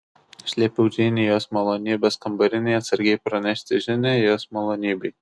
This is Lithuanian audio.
aš liepiau džeinei jos malonybės kambarinei atsargiai pranešti žinią jos malonybei